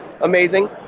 Amazing